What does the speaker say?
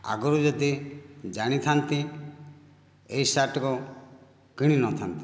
ଆଗରୁ ଯଦି ଜାଣିଥାନ୍ତି ଏହି ସାର୍ଟକୁ କିଣି ନଥାନ୍ତି